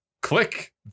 Click